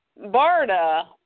Barda